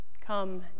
Come